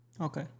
Okay